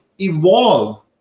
evolve